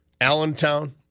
Allentown